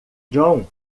john